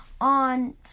on